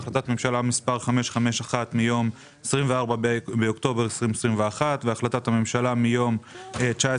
החלטת ממשלה מספר 551 מיום 24 באוקטובר 2021 והחלטת ממשלה מיום 19